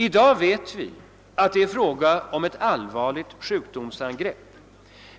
I dag vet vi att det är fråga om ett allvarligt sjukdomsangrepp.